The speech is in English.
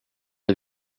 are